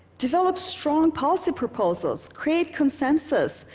develop strong policy proposals, create consensus,